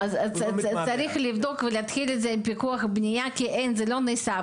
צריך לבדוק ולעשות פיקוח בנייה כי זה לא נעשה.